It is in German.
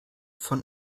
von